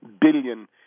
billion